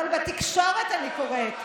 אבל בתקשורת אני קוראת,